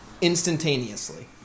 instantaneously